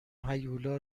هیولا